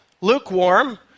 Lukewarm